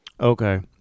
Okay